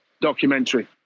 documentary